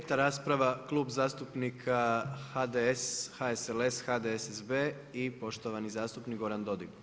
Peta rasprava, Klub zastupnika HDS, HSLS, HDSSB i poštovani zastupnik Goran Dodig.